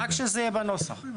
רק שזה יהיה בנוסח.